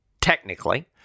technically